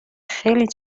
خیلی